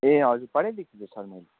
ए हजुर पठाइ दिएको थिएँ सर मैले